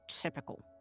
typical